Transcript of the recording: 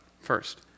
first